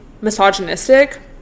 misogynistic